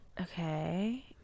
Okay